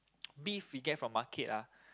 beef we get from market ah